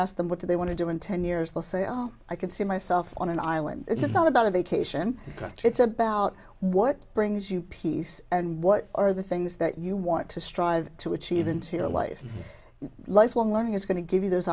ask them what do they want to do in ten years they'll say oh i can see myself on an island it's not about a vacation it's about what brings you peace and what are the things that you want to strive to achieve into your life lifelong learning is going to give you those